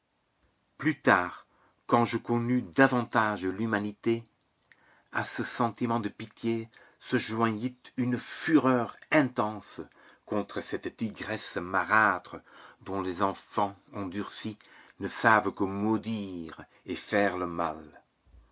plus tard quand je connus davantage l'humanité à ce sentiment de pitié se joignit une fureur intense contre cette tigresse marâtre dont les enfants endurcis ne savent que maudire et faire le mal